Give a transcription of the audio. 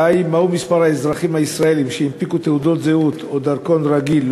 2. מה הוא מספר האזרחים הישראלים שהנפיקו תעודות זהות או דרכון רגיל,